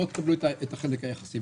תקבלו את החלק היחסי.